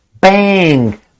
Bang